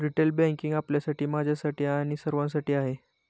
retail banking आपल्यासाठी, माझ्यासाठी आणि सर्वांसाठी आहे